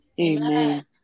amen